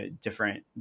different